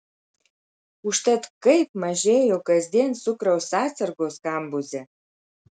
užtat kaip mažėjo kasdien cukraus atsargos kambuze